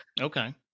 Okay